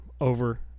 over